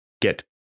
get